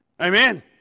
Amen